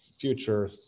future